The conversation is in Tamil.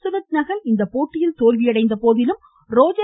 சுமித் நகல் இந்த போட்டியில் தோல்வியடைந்த போதிலும் ரோஜர்